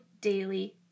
daily